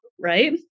right